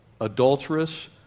adulterous